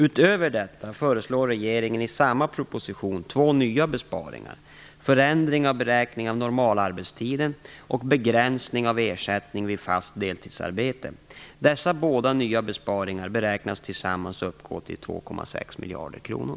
Utöver detta föreslår regeringen i samma proposition två nya besparingar; förändring av beräkning av normalarbetstiden och begränsning av ersättning vid fast deltidsarbete. Dessa båda nya besparingar beräknas tillsammans uppgå till 2,6 miljarder kronor.